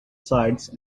sides